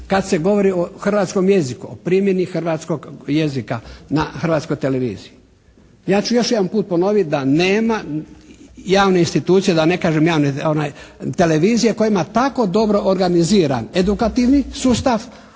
kad se govori o hrvatskom jeziku, o primjeni hrvatskog jezika na Hrvatskoj televiziji. Ja ću još jedan put ponoviti da nema javne institucije, da ne kažem javne televizije koja ima tako dobro organiziran edukativni sustav